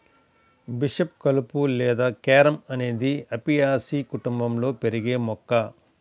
bishop కలుపు లేదా carom అనేది అపియాసి కుటుంబంలో పెరిగే మొక్క